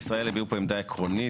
קרן קיימת לישראל הביעו פה עמדה עקרונית,